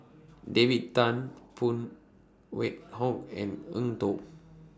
David Tham Phan Wait Hong and Eng Tow